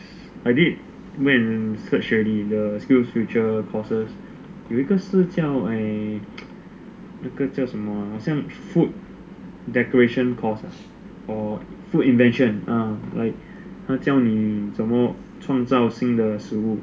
I did went and research already the SkillsFuture courses I did man search already the SkillsFuture courses 有一个叫什么啊那个叫什么 ah 好像 food decoration course ah or food invention ah like 他教你怎么创造新的食物